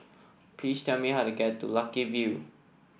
please tell me how to get to Lucky View